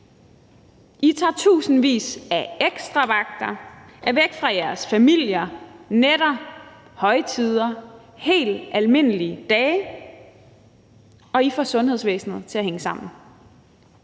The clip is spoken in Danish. I tager tusindvis af ekstravagter, er væk fra jeres familier nætter, højtider, helt almindelige dage, og I får sundhedsvæsenet til at hænge sammen.